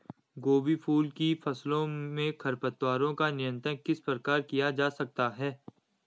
गोभी फूल की फसलों में खरपतवारों का नियंत्रण किस प्रकार किया जा सकता है?